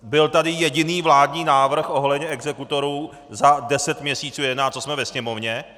Byl tady jediný vládní návrh ohledně exekutorů za deset jedenáct měsíců, co jsme ve Sněmovně?